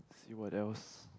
see what else